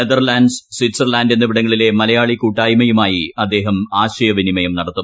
Netherlands Switzerland എന്നിവിടങ്ങളിലെ മലയാളി കൂട്ടായ്മയുമായി അദ്ദേഹം ആശയവിനിമയം നടത്തും